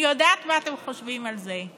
אני יודעת מה אתם חושבים על זה.